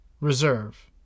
reserve